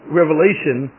revelation